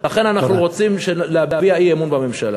לכן אנחנו רוצים להביע אי-אמון בממשלה.